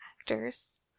actors